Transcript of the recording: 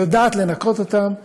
היא יודעת לנקות אותם,